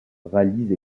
rallye